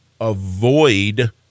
avoid